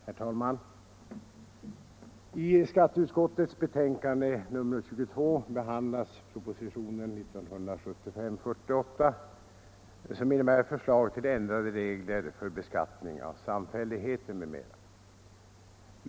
Herr talman! I skatteutskottets betänkande nr 22 behandlas propositionen 1975:48, som innehåller förslag till ändrade regler för beskattning av samfälligheter, m.m.